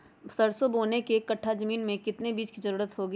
सरसो बोने के एक कट्ठा जमीन में कितने बीज की जरूरत होंगी?